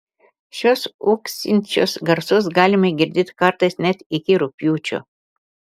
šiuos ūksinčius garsus galima girdėti kartais net iki rugpjūčio